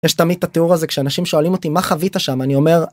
יש תמיד ת'תיאור הזה כשאנשים שואלים אותי מה חווית שם אני אומר...